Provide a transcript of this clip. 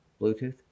Bluetooth